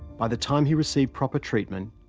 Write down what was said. by the time he received proper treatment,